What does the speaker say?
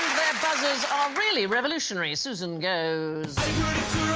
buzzers are really revolutionary susan goes